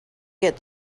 get